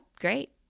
great